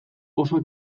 oso